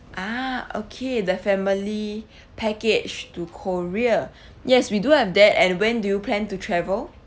ah okay the family package to korea yes we do have that and when do you plan to travel